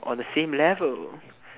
on the same level